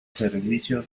servicio